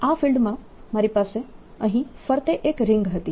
આ ફિલ્ડમાં મારી પાસે અહીં ફરતે એક રિંગ હતી